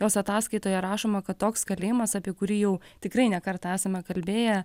jos ataskaitoje rašoma kad toks kalėjimas apie kurį jau tikrai ne kartą esame kalbėję